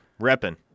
reppin